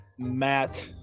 Matt